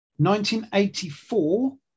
1984